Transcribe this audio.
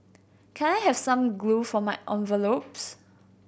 can I have some glue for my envelopes